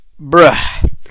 bruh